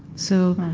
so,